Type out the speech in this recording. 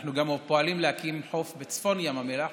אנחנו פועלים להקים חוף גם בצפון ים המלח,